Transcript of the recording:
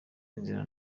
inzira